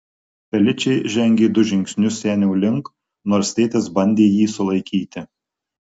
feličė žengė du žingsnius senio link nors tėtis bandė jį sulaikyti